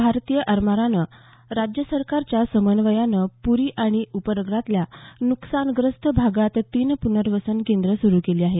भारतीय आरमारानं राज्य सरकारच्या समन्वयानं प्री आणि उपनगरातल्या न्कसानग्रस्त भागात तीन प्नर्वसन केंद्रं सुरू केली आहेत